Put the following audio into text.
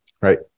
Right